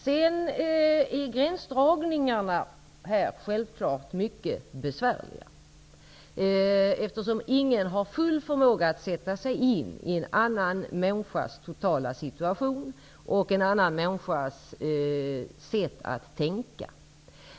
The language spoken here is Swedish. Självfallet är gränsdragningarna mycket besvärliga eftersom ingen har full förmåga att sätta sig in i en annan människas totala situation och sätt att tänka.